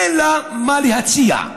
אין לה מה להציע.